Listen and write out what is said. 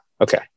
Okay